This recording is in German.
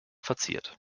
verziert